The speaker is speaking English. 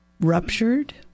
ruptured